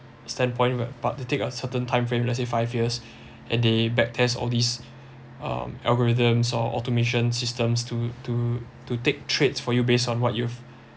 standpoint but but to take a certain time frame let's say five years and they back test all these um algorithms or automation systems to to to take traits for you based on what you've